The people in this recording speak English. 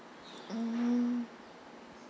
mm